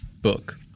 book